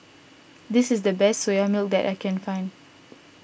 this is the best Soya Milk that I can find